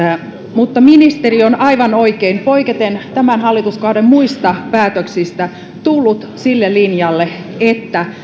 mutta ministeriö on aivan oikein poiketen tämän hallituskauden muista päätöksistä tullut sille linjalle että